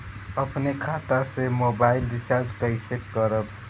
अपने खाता से मोबाइल रिचार्ज कैसे करब?